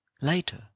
Later